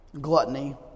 gluttony